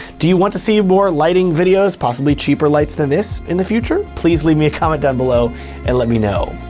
do you want to see more lighting videos, possibly cheaper lights than this in the future? please leave me a comment down below and let me know.